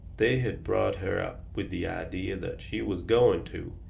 they had brought her up with the idea that she was going to,